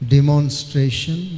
Demonstration